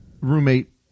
roommate